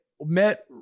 met